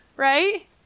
Right